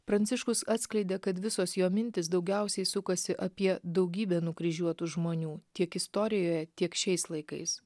pranciškus atskleidė kad visos jo mintys daugiausiai sukasi apie daugybę nukryžiuotų žmonių tiek istorijoje tiek šiais laikais